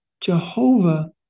Jehovah